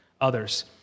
others